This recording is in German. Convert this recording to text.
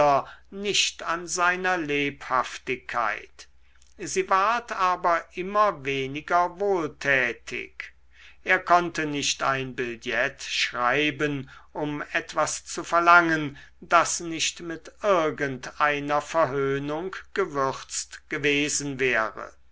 nicht an seiner lebhaftigkeit sie ward aber immer weniger wohltätig er konnte nicht ein billett schreiben um etwas zu verlangen das nicht mit irgend einer verhöhnung gewürzt gewesen wäre